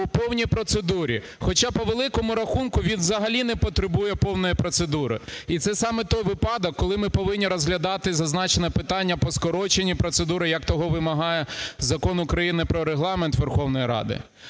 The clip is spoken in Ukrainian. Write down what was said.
по повній процедурі, хоча, по великому рахунку, він взагалі не потребує повної процедури. І це саме той випадок, коли ми повинні розглядати зазначене питання по скороченій процедурі, як того вимагає Закон України "Про Регламент Верховної Ради".